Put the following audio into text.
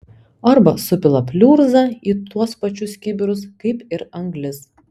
arba supila pliurzą į tuos pačius kibirus kaip ir anglis